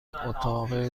اتاق